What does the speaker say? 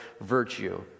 virtue